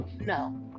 No